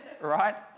Right